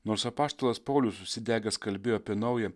nors apaštalas paulius užsidegęs kalbėjo apie naują